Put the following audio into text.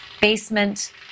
basement